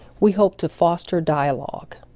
we hope to foster dialogue,